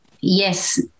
yes